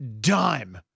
dime